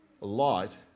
light